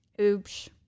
Oops